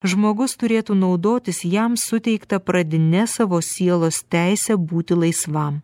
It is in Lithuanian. žmogus turėtų naudotis jam suteikta pradine savo sielos teise būti laisvam